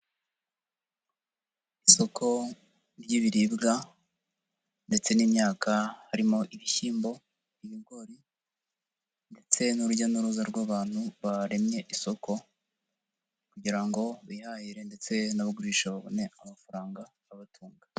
Isoko ry'ibiribwa ndetse n'imyaka harimo ibishyimbo, ibigori ndetse n'urujya n'uruza rw'abantu baremye isoko kugira ngo bihahire ndetse n'abagurisha babone amafaranga abatunga.